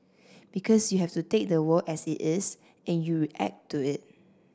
because you have to take the world as it is and you act to it